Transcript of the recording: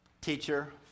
teacher